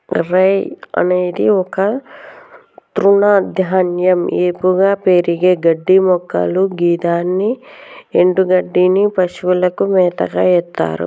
రై అనేది ఒక తృణధాన్యం ఏపుగా పెరిగే గడ్డిమొక్కలు గిదాని ఎన్డుగడ్డిని పశువులకు మేతగ ఎత్తర్